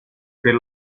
per